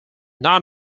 not